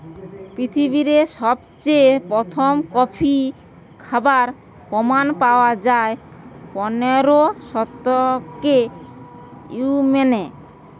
পৃথিবীরে সবচেয়ে প্রথম কফি খাবার প্রমাণ পায়া যায় পনেরোর শতকে ইয়েমেনে